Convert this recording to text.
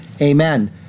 Amen